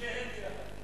שניהם יחד.